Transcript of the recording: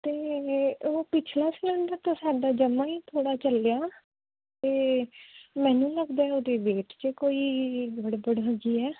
ਅਤੇ ਉਹ ਪਿਛਲਾ ਸਿਲੰਡਰ ਤਾਂ ਸਾਡਾ ਜਮਾਂ ਹੀ ਥੋੜ੍ਹਾ ਚੱਲਿਆ ਅਤੇ ਮੈਨੂੰ ਲੱਗਦਾ ਉਹਦੀ ਵੇਟ 'ਚ ਕੋਈ ਗੜਬੜ ਹੈਗੀ ਹੈ